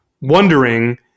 wondering